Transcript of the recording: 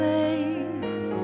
Place